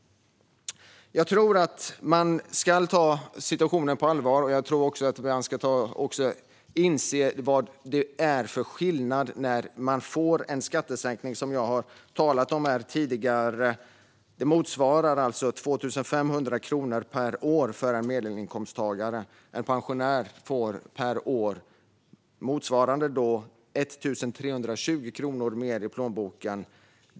Jag tror att man ska ta situationen på allvar, och jag tror också att man ska inse vad det är för skillnad när man får en sådan skattesänkning som jag har talat om här tidigare. Det motsvarar alltså 2 500 kronor per år för en medelinkomsttagare. En pensionär får per år motsvarande 1 320 kronor mer i plånboken.